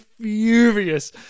furious